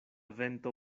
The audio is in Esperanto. vento